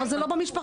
אבל זה לא במשפחה,